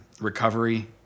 recovery